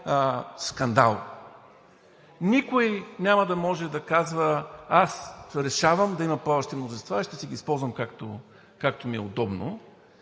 скандал. Никой няма да може да казва: аз решавам да има плаващи мнозинства и ще си ги използвам, както ми е удобно.